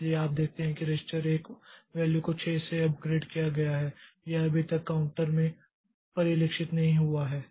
इसलिए आप देखते हैं कि रजिस्टर 1 वैल्यू को 6 से अपग्रेड किया गया है यह अभी तक काउंटर में परिलक्षित नहीं हुआ है